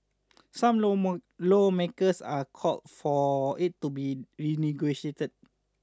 some lawmakers are called for it to be renegotiated